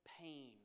pain